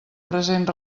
present